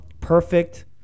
perfect